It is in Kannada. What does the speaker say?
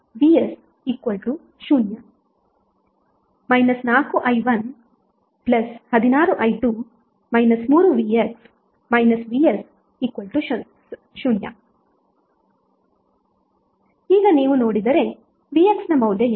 ಆದ್ದರಿಂದ ಈ ನಿರ್ದಿಷ್ಟ ಮೆಶ್ಗಾಗಿ ನೀವು ಬರೆಯಬಹುದು 12i1 4i2vs 0 4i116i2 3vx vs 0 ಈಗ ನೀವು ನೋಡಿದರೆ vx ನ ಮೌಲ್ಯ ಏನು